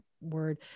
word